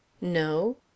No